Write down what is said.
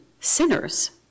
sinners